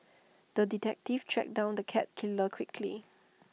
the detective tracked down the cat killer quickly